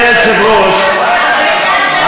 אדוני היושב-ראש,